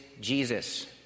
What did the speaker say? Jesus